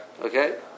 okay